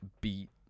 beat